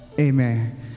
Amen